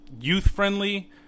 youth-friendly